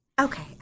Okay